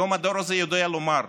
היום הדור הזה יודע לומר: